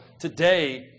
today